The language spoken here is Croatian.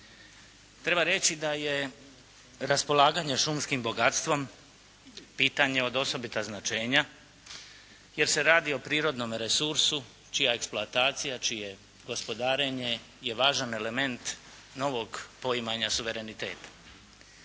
Treba reći da je raspolaganje šumskim bogatstvom pitanje od osobita značenja, jer se radi o prirodnom resursu čija eksploatacija, čije gospodarenje je važan element novog poimanja suvereniteta.